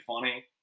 funny